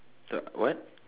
uh what